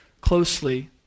closely